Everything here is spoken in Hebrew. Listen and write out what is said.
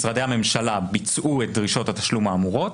משרדי הממשלה ביצעו את דרישות התשלום האמורות,